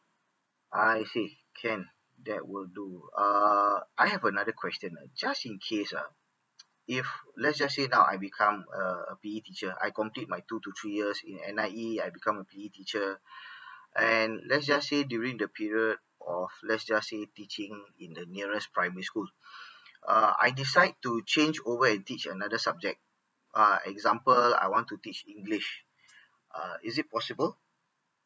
I see can that will do uh I have another question just in case ah if let's just say now I become a P_E teacher I complete my two to three years in N_I_E I become a P_E teacher and let's just say during the period or let's just say teaching in the nearest primary school err I decide to change over and teach another subject uh example I want to teach english uh is it possible